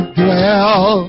dwell